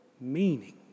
meaning